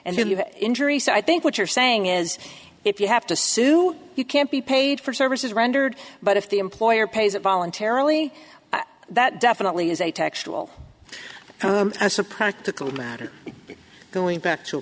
the injury so i think what you're saying is if you have to sue you can't be paid for services rendered but if the employer pays it voluntarily that definitely is a textual as a practical matter going back to a